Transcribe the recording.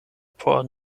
por